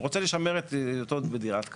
רוצה לשמר את היותו בדירת קרקע.